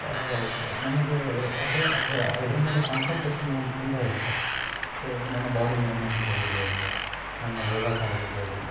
ಬ ನನಗೆ ಅದೇ ಇದ್ರ ಮೇಲೆ ಕಾನ್ಸಂಟ್ರೇಶನ್ ಒಂದು ತುಂಬ ಇರುತ್ತೆ ಸೊ ನನ್ನ ಬಾಡಿ ಮೂಮೆಂಟ್ ಆಗಿರ್ಬೋದು ನನ್ನ ಓಡಾಟ ಆಗಿರ್ಬೋದು